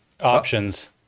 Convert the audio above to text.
Options